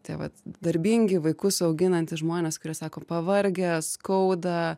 tie vat darbingi vaikus auginantys žmonės kurie sako pavargę skauda